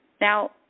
Now